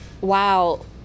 wow